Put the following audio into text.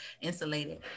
Insulated